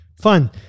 Fun